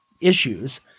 issues